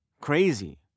Crazy